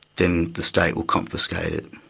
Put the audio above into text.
then the state will confiscate it.